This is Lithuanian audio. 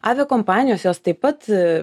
aviakompanijos jos taip pat